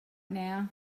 now